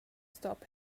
stop